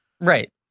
Right